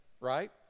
right